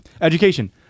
Education